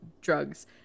drugs